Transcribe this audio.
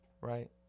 right